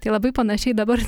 tai labai panašiai dabar